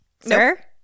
sir